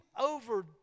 over